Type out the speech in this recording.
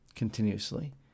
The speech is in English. continuously